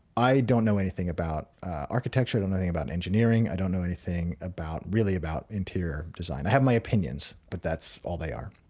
i don't know anything about architecture, know nothing about engineering, i don't know anything about really about interior design. i have my opinions but that's all they are.